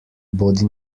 bodi